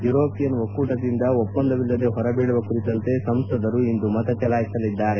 European ಒಕ್ಕೂಟದಿಂದ ಒಪ್ಪಂದವಿಲ್ಲದೇ ಹೊರಬೀಳುವ ಕುರಿತಂತೆ ಸಂಸದರು ಇಂದು ಮತ ಚಲಾಯಿಸಲಿದ್ದಾರೆ